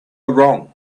wrong